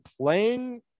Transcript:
playing